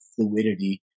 fluidity